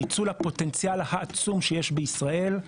ניצול הפוטנציאל העצום שיש בישראל,